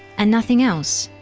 and nothing else,